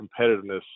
competitiveness